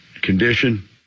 Condition